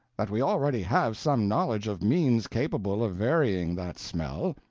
that we already have some knowledge of means capable of varying that smell.